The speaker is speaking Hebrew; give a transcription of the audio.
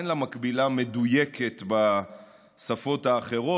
אין לה מקבילה מדויקת בשפות האחרות.